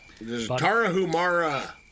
Tarahumara